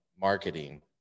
marketing